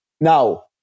now